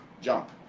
jump